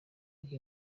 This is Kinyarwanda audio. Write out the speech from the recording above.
wiha